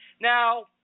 Now